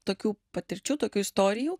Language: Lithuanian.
tokių patirčių tokių istorijų